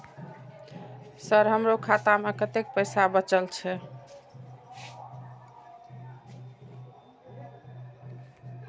Sir हमरो खाता में कतेक पैसा बचल छे?